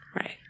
Right